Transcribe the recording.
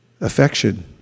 affection